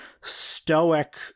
stoic